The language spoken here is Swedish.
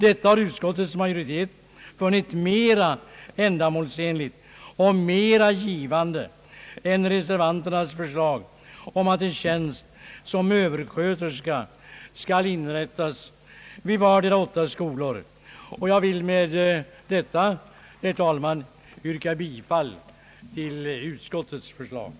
Detta har utskottets majoritet funnit mer ändamålsenligt och mer givande än reservanternas förslag att en överskötersketjänst skall inrättas vid vardera åtta skolor. Herr talman! Jag vill med det anförda yrka bifall till utskottets hemställan.